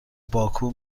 باکو